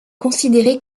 considérée